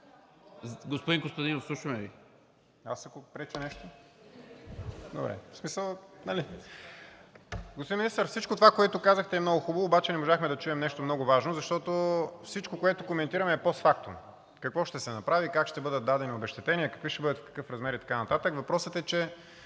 Господин Костадинов, слушаме Ви. КОСТАДИН КОСТАДИНОВ (ВЪЗРАЖДАНЕ): Господин Министър, всичко това, което казахте, е много хубаво, обаче не можахме да чуем нещо много важно, защото всичко, което коментираме е постфактум – какво ще се направи, как ще бъдат дадени обезщетения, какви ще бъдат, в какъв размер и така нататък. Въпросът е, че